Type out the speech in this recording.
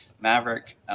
maverick